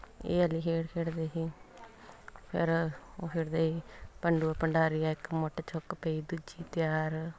ਇਹ ਵਾਲੀ ਖੇਡ ਖੇਡਦੇ ਸੀ ਫਿਰ ਉਹ ਖੇਡਦੇ ਸੀ ਭੰਡੁਆ ਭੰਡਾਰੀਆ ਇਕ ਮੁੱਠ ਚੁੱਕ ਪਈ ਦੂਜੀ ਤਿਆਰ